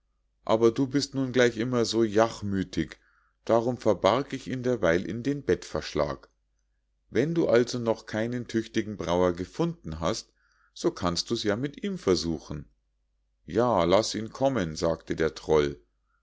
aber du bist nun gleich immer so jachmüthig darum verbarg ich ihn derweil in den bettverschlag wenn du also noch keinen tüchtigen brauer gefunden hast so kannst du's ja mit ihm versuchen ja laß ihn kommen sagte der troll